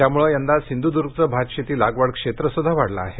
त्यामुळे यंदा सिंधुद्र्गचे भात शेती लागवड क्षेत्रसुद्धा वाढलं आहे